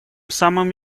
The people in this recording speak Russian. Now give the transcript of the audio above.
самым